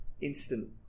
instant